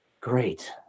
great